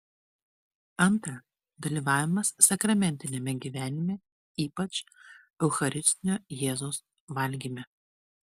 antra dalyvavimas sakramentiniame gyvenime ypač eucharistinio jėzaus valgyme